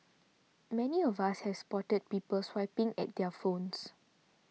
many of us has spotted people swiping at their phones